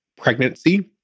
pregnancy